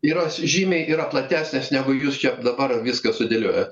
ir jos žymiai yra platesnės negu jūs čia dabar viską sudėliojot